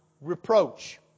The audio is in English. reproach